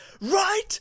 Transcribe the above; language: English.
right